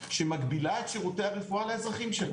שהיא מגבילה את שירותי הרפואה לאזרחים שלה.